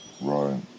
Right